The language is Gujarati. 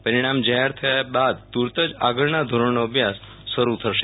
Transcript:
પરિણામ જાહેર થયા બાદ તુર્ત આગળના ધોરણનો અભ્યાસ શરૂ થશે